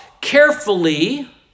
carefully